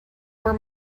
where